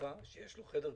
במשפחה שיש לו חדר כושר,